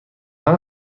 آهن